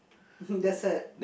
that's it